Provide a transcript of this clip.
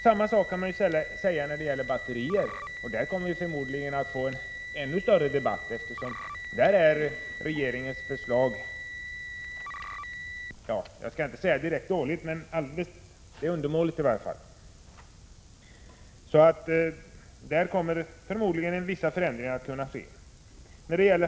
Samma kommentar kan gälla frågan om batterier. Där kommer vi förmodligen att få en ännu mer omfattande större debatt. Jag skall inte säga att regeringens förslag i den frågan är direkt dåligt, men det är i varje fall undermåligt. Där kommer förmodligen vissa förändringar att kunna ske.